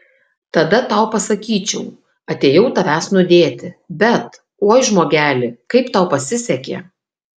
tada tau pasakyčiau atėjau tavęs nudėti bet oi žmogeli kaip tau pasisekė